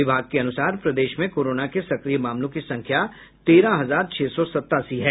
विभाग के अनुसार प्रदेश में कोरोना के सक्रिय मामलों की संख्या तेरह हजार छह सौ सतासी है